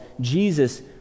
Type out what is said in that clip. Jesus